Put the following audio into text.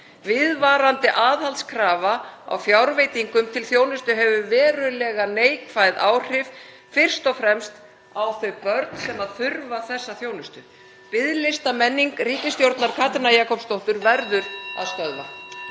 Viðvarandi aðhaldskrafa á fjárveitingum (Forseti hringir.) til þjónustu hefur verulega neikvæð áhrif, fyrst og fremst á þá sem þurfa þessa þjónustu. Biðlistamenningu ríkisstjórnar Katrínar Jakobsdóttur verður að stöðva.